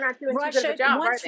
Russia